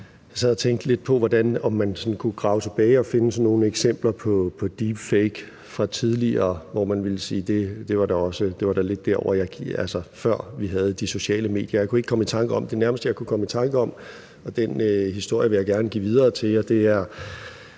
– om man sådan kunne grave tilbage og finde sådan nogle eksempler på deep fake fra tidligere, hvor man ville sige, at det var der også, før vi havde de sociale medier, og jeg kunne ikke komme i tanke om det. Det nærmeste, jeg kunne komme i tanke om, og den historie vil jeg gerne give videre til jer, er en